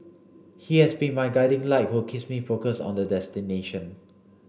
he has been my guiding light who kiss me focus on the destination